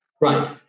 right